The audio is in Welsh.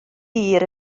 hir